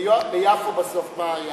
ביפו בסוף, מה היה?